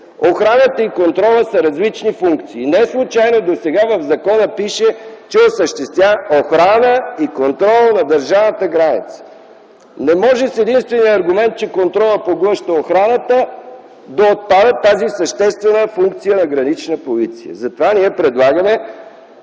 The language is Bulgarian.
охраната и контролът са различни функции. Неслучайно досега в закона пише, че осъществява охрана и контрол на държавната граница. Не може с единствения аргумент, че контролът поглъща охраната, да отпада тази съществена функция на Гранична полиция. Затова ние предлагаме